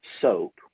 soap